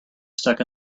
stuck